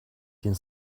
den